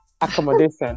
accommodation